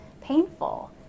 painful